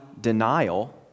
denial